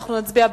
אנחנו נצביע,